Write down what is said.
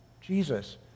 Jesus